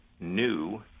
new